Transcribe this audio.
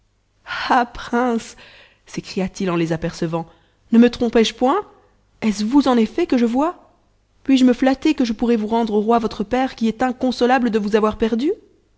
ah princes sëcria t it en les apercevant ne me trompé je point t est-ce vous en effet que je vois puis-je me flatter que je pourrai vous rendre au roi votre père qui est inconsolable de vous avoir perdus